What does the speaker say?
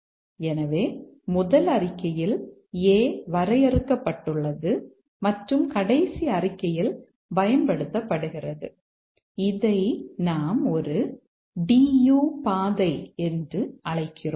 எனவே முதல் அறிக்கையில் a வரையறுக்கப்பட்டுள்ளது மற்றும் கடைசி அறிக்கையில் பயன்படுத்தப்படுகிறது இதை நாம் ஒரு DU பாதை என்று அழைக்கிறோம்